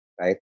right